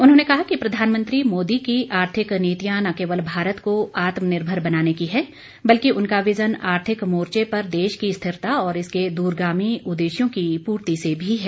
उन्होंने कहा कि प्रधानमंत्री मोदी की आर्थिक नीतियां न केवल भारत को आत्मनिर्भर बनाने की है बल्कि उनका विज़न आर्थिक मोर्चे पर देश की स्थिरता और इसके दूरगामी उददेश्यों की पूर्ति से भी है